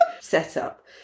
setup